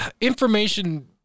Information